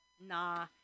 Nah